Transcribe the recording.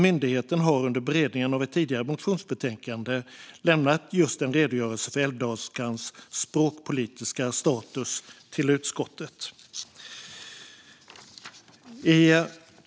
Myndigheten har under beredningen av ett tidigare motionsbetänkande lämnat en redogörelse för älvdalskans språkpolitiska status till utskottet.